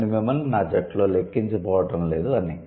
నేను మిమ్మల్ని నా జట్టులో లెక్కించబోవడంలేదు అని